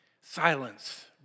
Silence